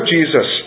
Jesus